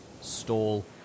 stall